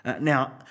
Now